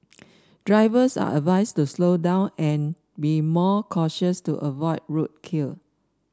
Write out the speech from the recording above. drivers are advised to slow down and be more cautious to avoid roadkill